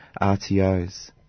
RTOs